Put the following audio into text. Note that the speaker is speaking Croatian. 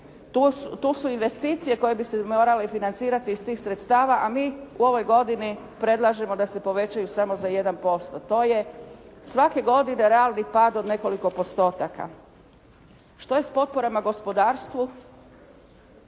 tu su investicije koje bi se morale financirati iz tih sredstava, a mi u ovoj godini predlažemo da se povećaju samo za 1% To je svake godine realni pad od nekoliko postotaka. Što je s potporama gospodarstvu?